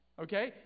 Okay